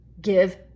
give